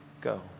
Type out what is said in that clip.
go